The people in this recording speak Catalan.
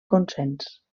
consens